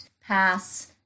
pass